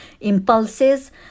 impulses